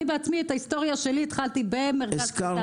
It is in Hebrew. את ההיסטוריה שלי אני עצמי התחלתי במרכז --- בגילה.